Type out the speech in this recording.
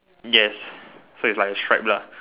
yes so it's like a stripe lah